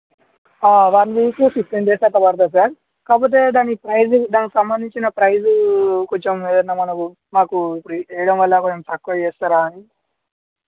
one week fifteen days అట్లా పడుతది sir కాకపోతే దాని ప్రైస్ దానికి సంభందించిన ప్రైస్ కొంచెం ఏదన్నా మనకు మాకు ఇప్పుడు వేయడం వల్ల ఏమైనా తక్కువ చేస్తారా అని